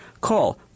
Call